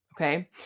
Okay